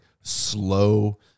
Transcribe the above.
slow